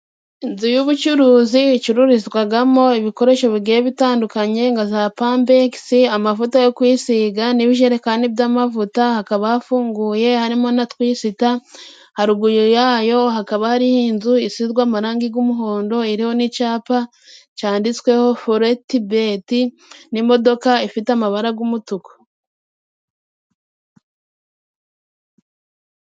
Inzu y'ubucuruzi icururizwamo ibikoresho bigiye bitandukanye nka za pambegisi, amavuta yo kwisiga, n'ibijerekani by'amavuta. Hakaba hafunguye harimo na twisita. Haruguru yayo hakaba hariho inzu isizwe amarangi y'umuhondo iriho n'icyapa cyanditsweho foreti beti, n'imodoka ifite amabara y'umutuku.